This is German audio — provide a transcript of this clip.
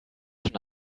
schon